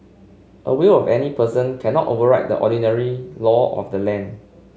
a will of any person cannot override the ordinary law of the land